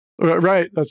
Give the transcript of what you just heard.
Right